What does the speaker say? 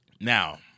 Now